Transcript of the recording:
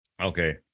Okay